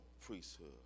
priesthood